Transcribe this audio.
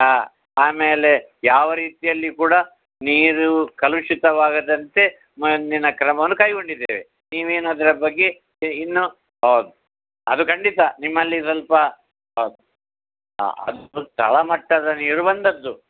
ಹಾಂ ಆಮೇಲೆ ಯಾವ ರೀತಿಯಲ್ಲಿ ಕೂಡ ನೀರು ಕಲುಶಿತವಾಗದಂತೆ ಮುಂದಿನ ಕ್ರಮವನ್ನು ಕೈಗೊಂಡಿದ್ದೇವೆ ನೀವೇನ್ ಅದರ ಬಗ್ಗೆ ಇನ್ನು ಹೌದು ಅದು ಖಂಡಿತ ನಿಮ್ಮಲ್ಲಿ ಸ್ವಲ್ಪ ಹೌದು ಅಷ್ಟು ತಳಮಟ್ಟದ ನೀರು ಬಂದದ್ದು